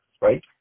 right